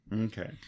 Okay